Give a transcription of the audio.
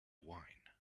wine